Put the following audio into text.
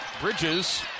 Bridges